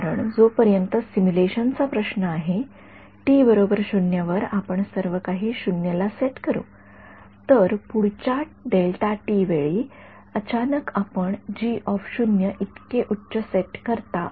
कारण जोपर्यंत सिम्युलेशनचा प्रश्न आहे वर आपण सर्वकाही 0 ला सेट करू तर पुढच्या वेळी अचानक आपण इतके उच्च सेट करता